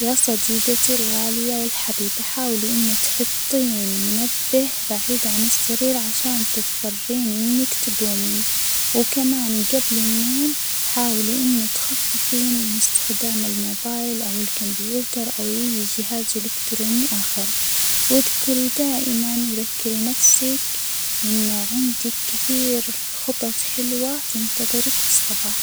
يا صديجتي الغالية والحبيبة، حاولي إنه تحطين منبه بعيد عن السرير عشان تضطرين إنك تجومي، وكمان جبل النوم حاولي إن تخففين من إستخدام الموبايل أو الكمبيوتر أو أي جهاز إلكتروني آخر، وأذكري دائمًا وذكري نفسك إنه عندك كثير خطط حلوة تنتظرك في الصباح.